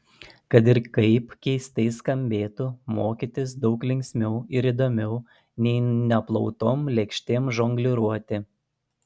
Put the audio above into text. kad ir kaip keistai skambėtų mokytis daug linksmiau ir įdomiau nei neplautom lėkštėm žongliruoti